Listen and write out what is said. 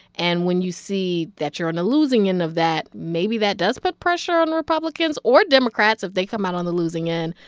and when you see that you're on the losing end of that, maybe that does put pressure on republicans or democrats, if they come out on the losing end,